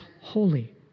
holy